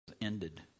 ended